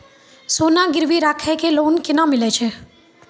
सोना गिरवी राखी कऽ लोन केना मिलै छै?